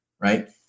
right